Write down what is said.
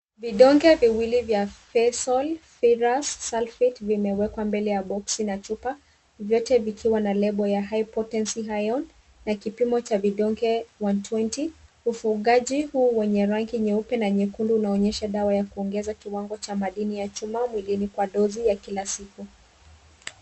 Vidonge ya viwili vya Fesol Ferrous Sulphate vimewekwa mbele ya boksi na chupa, vyote vikiwa na lebo ya Hypotensive Ion na kipimo cha vidonge one twenty ufungaji huu wenye rangi nyeupe na nyekundu unaonyesha dawa ya kuongeza kiwango cha madini ya chuma mwilini kwa dozi ya kila siku.